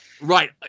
Right